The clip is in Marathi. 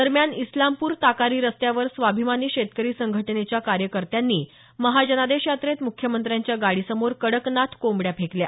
दरम्यान इस्लामपूर ताकारी रस्त्यावर स्वाभिमानी शेतकरी संघटनेच्या कार्यकर्त्यांनी महाजनादेश यात्रेत मुख्यमंत्र्यांच्या गाडीसमोर कडकनाथ कोंबड्या फेकल्या